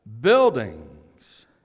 buildings